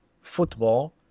football